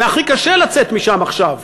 והכי קשה לצאת משם עכשיו.